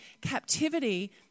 captivity